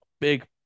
big